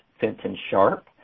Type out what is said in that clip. Fenton-Sharp